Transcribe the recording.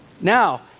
Now